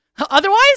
Otherwise